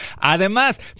Además